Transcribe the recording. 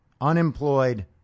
unemployed